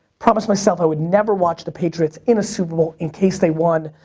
promised myself i would never watch the patriots in a super bowl in case they won.